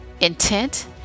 intent